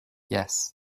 yes